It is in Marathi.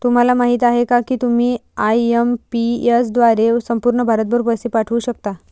तुम्हाला माहिती आहे का की तुम्ही आय.एम.पी.एस द्वारे संपूर्ण भारतभर पैसे पाठवू शकता